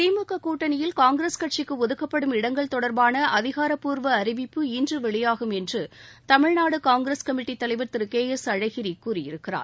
திமுக கூட்டணியில் காங்கிரஸ் கட்சிக்கு ஒதுக்கப்படும் இடங்கள் தொடர்பான அதிகாரப்பூர்வ அறிவிப்பு இன்று வெளியாகும் என்று தமிழ்நாடு காங்கிரஸ் கமிட்டித் தலைவர் திரு கே எஸ் அழகிரி கூறியிருக்கிறார்